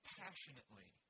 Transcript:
passionately